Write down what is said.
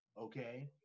okay